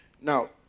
Now